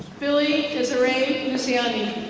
billy desiree musianey.